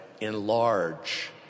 enlarge